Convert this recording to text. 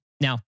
Now